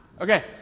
Okay